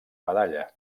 medalla